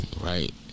Right